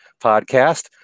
podcast